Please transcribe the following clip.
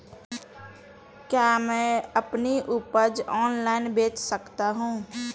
क्या मैं अपनी उपज ऑनलाइन बेच सकता हूँ?